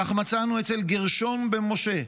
כך מצאנו אצל גרשום בן משה,